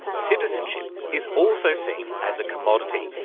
citizenship is also seen as a commodity,